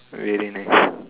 very nice